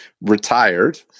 retired